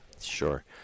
Sure